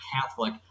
Catholic